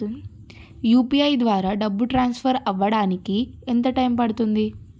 UPI ద్వారా డబ్బు transfer అవ్వడానికి ఎంత టైం పడుతుంది?